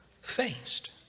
faced